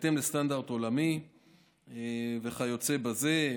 בהתאם לסטנדרט עולמי וכיוצא בזה,